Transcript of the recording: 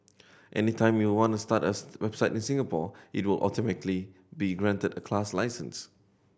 anytime you want start a website in Singapore it will automatically be granted a class license